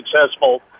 successful